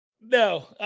no